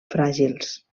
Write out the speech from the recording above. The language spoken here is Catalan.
fràgils